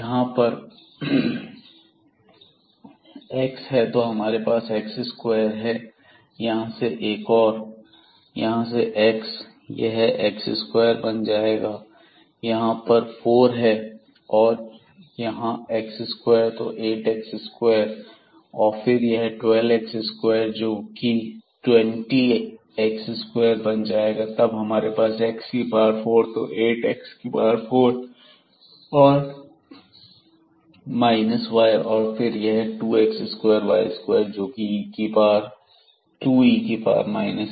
यहां पर x है तो हमारे पास x2 है यहां से एक और यहां से x यह x2y2 बन जाएगा यहां पर 4 है और यहां x2 तो 8 x2 और फिर यह 12 x2 जोकि 20x2 बनाएगा तब हमारे पास x4 तो 8x4 और y2 और फिर यह 2x2y2 जोकि 2e x2 4y2 है